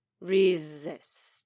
Resist